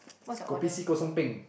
kopi C kosong peng